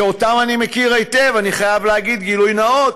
שאותם אני מכיר היטב, אני חייב להגיד, גילוי נאות,